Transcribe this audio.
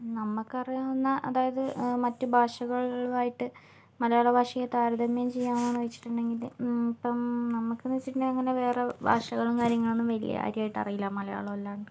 നമ്മക്കറിയാവുന്ന അതായത് മറ്റ് ഭാഷാകളുവായിട്ട് മലയാള ഭാഷയെ താരതമ്യം ചെയ്യാണെന്ന് വച്ചിട്ടുണ്ടെങ്കില് ഇപ്പം നമുക്കെന്ന് വച്ചിട്ടുണ്ടെങ്കിൽ അങ്ങനെ വേറെ ഭാഷകളും കാര്യങ്ങളൊന്നും വലിയ കാര്യായിട്ടറിയില്ല മലയാളം അല്ലാണ്ട്